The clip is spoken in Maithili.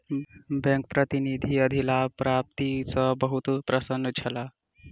बैंक प्रतिनिधि अधिलाभ प्राप्ति सॅ बहुत प्रसन्न छला